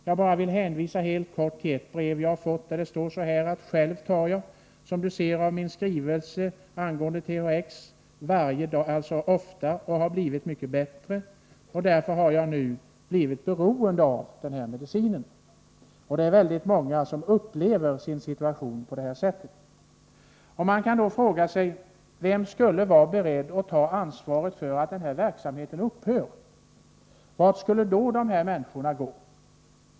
Jag vill citera en liten bit ur ett brev som jag har fått: ”Själv tar jag som Du ser av min skrivelse THX och blivit mycket bättre, därför har jag nu blivit mycket beroende av denna medicin.” Många människor upplever sin situation på detta sätt. Man kan då fråga sig: Vem skulle vara beredd att ta ansvaret för att denna verksamhet upphör? Vart skulle då de här människorna gå?